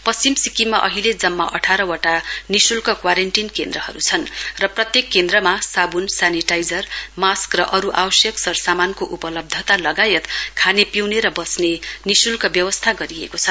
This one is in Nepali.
पश्चिम सिक्किममा अहिले जम्मा अठारवटा निशुल्क क्वारेन्टीन केन्द्रहरू छन् अ प्रत्येक केन्द्रमा साबुन सेनिटाइजप मास्कको र अरू आवश्यक सरसमानको खाने र पिउने र बस्ने निशुल्क व्यवस्था गरिएको छ